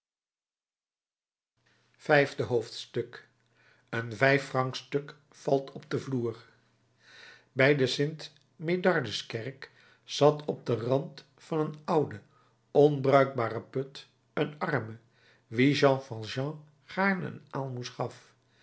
vijfde hoofdstuk een vijffrancstuk valt op den vloer bij de st medardus kerk zat op den rand van een ouden onbruikbaren put een arme wien jean valjean gaarne een aalmoes gaf